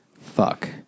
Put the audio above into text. Fuck